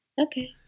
okay